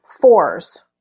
fours